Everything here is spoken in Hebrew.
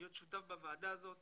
ולהיות שותפים בוועדה הזאת